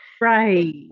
Right